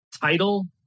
title